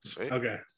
okay